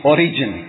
Origin